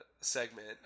segment